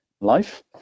life